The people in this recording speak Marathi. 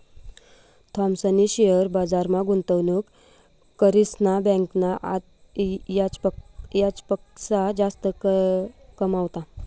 थॉमसनी शेअर बजारमा गुंतवणूक करीसन बँकना याजपक्सा जास्त कमावात